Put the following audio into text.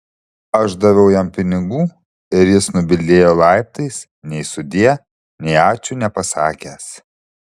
aš daviau jam pinigų ir jis nubildėjo laiptais nei sudie nei ačiū nepasakęs